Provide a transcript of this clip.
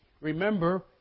remember